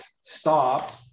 stopped